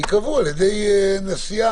ייקבעו על ידי נשיאה,